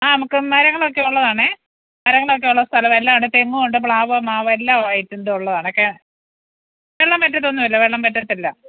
ആ നമുക്ക് മരങ്ങളൊക്കെ ഉള്ളതാണേ മരങ്ങളൊക്കെ ഉള്ള സ്ഥലമാണ് എല്ലാമുണ്ട് തെങ്ങുണ്ട് പ്ലാവ് മാവ് എല്ലാം ആയിട്ടുണ്ടുള്ളതാണ് കെ വെള്ളം വറ്റത്തൊന്നുമില്ല വെള്ളം വറ്റത്തില്ല